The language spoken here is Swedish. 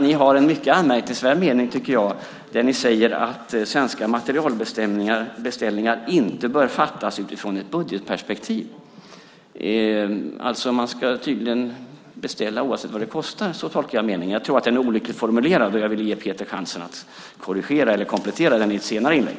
Ni har en mycket anmärkningsvärd mening där ni säger att svenska materielbeställningar inte bör fattas utifrån ett budgetperspektiv. Man ska tydligen beställa oavsett vad det kostar. Så tolkar jag meningen. Jag tror att den är olyckligt formulerad, och jag vill ge Peter chansen att korrigera eller komplettera den i ett senare inlägg.